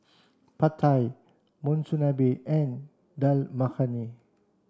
Pad Thai Monsunabe and Dal Makhani